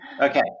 Okay